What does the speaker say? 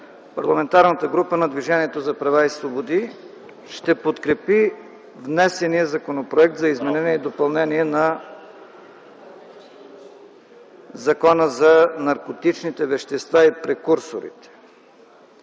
Парламентарната група на Движението за права и свободи ще подкрепи внесения Законопроект за изменение и допълнение на Закона за наркотичните вещества и прекурсорите.